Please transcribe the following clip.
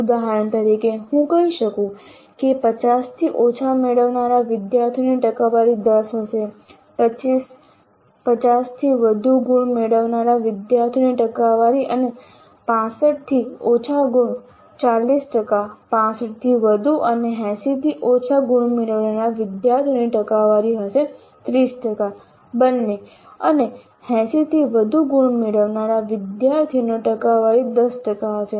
ઉદાહરણ તરીકે હું કહી શકું છું કે 50 થી ઓછા મેળવનારા વિદ્યાર્થીઓની ટકાવારી 10 હશે 50 થી વધુ ગુણ મેળવનારા વિદ્યાર્થીઓની ટકાવારી અને 65 થી ઓછા ગુણ 40 ટકા 65 થી વધુ અને 80 થી ઓછા ગુણ મેળવનારા વિદ્યાર્થીઓની ટકાવારી હશે 30 ટકા બને અને 80 થી વધુ ગુણ મેળવનારા વિદ્યાર્થીઓની ટકાવારી 10 ટકા હશે